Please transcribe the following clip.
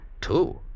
Two